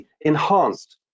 Enhanced